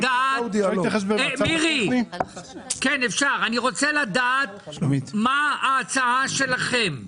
מירי, אני רוצה לדעת מה ההצעה שלכם.